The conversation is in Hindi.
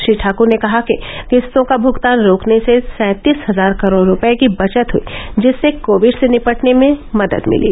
श्री ठाक्र ने कहा कि किस्तों का भुगतान रोकने से सैंतीस हजार करोड़ रूपये की बचत हुई जिससे कोविड से निपटने में मदद मिली